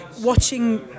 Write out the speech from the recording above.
watching